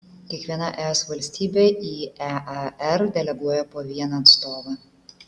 kiekviena es valstybė į ear deleguoja po vieną atstovą